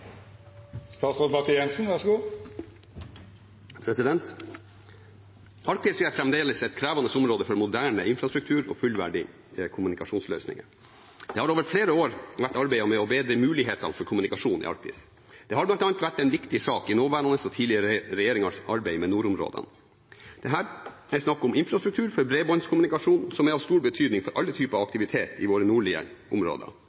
kommunikasjonsløsninger. Det har over flere år vært arbeidet med å bedre mulighetene for kommunikasjon i Arktis. Det har bl.a. vært en viktig sak i nåværende og tidligere regjeringers arbeid med nordområdene. Dette er snakk om infrastruktur for bredbåndskommunikasjon, som er av stor betydning for alle typer aktivitet, både sivil og militær, i våre nordlige områder.